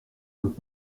und